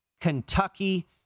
Kentucky